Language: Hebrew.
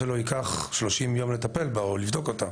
שייקח 30 יום לטפל בבקשה שלו או לבדוק אותה.